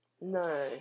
No